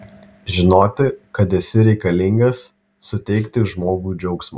žinoti kad esi reikalingas suteikti žmogui džiaugsmo